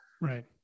right